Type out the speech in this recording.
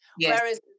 Whereas